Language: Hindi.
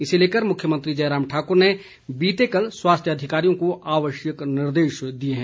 इसे लेकर मुख्यमंत्री जयराम ठाकुर ने बीते कल स्वास्थ्य अधिकारियों को आवश्यक निर्देश दिए हैं